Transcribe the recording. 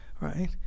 right